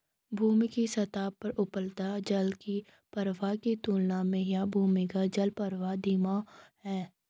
भूमि के सतह पर उपलब्ध जल के प्रवाह की तुलना में यह भूमिगत जलप्रवाह धीमा है